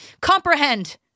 comprehend